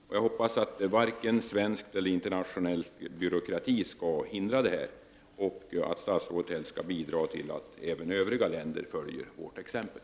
Vidare hoppas jag att varken svensk eller internationell byråkrati skall hindra detta och att statsrådet skall bidra till att övriga länder följer vårt exempel.